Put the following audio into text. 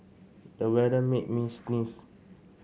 the weather made me sneeze